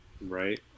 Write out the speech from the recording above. Right